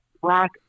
Black